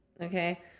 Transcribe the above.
Okay